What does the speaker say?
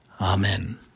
Amen